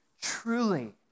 truly